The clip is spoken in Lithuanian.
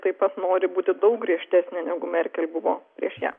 taip pat nori būti daug griežtesnė negu merkel buvo prieš ją